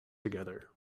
together